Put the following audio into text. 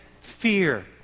fear